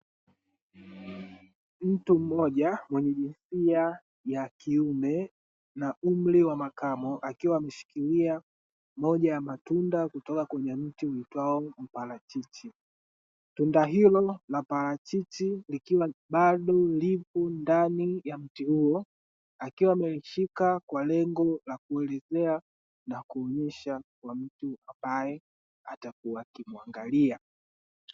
Mtu mmoja mwenye jinsia ya kiume na umri wa makamo, akiwa ameshikilia moja ya matunda kutoka kwenye mti uitwao mparachichi, tunda hilo na parachichi likiwa bado lipo ndani ya mti huo akiwa amelishika kwa lengo la kuelezea na kuonyesha kwa mtu ambaye atakuwa akimwangalia.